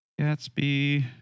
Gatsby